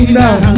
now